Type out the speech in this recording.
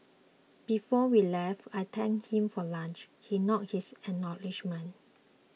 before we left I thanked him for lunch he nodded his acknowledgement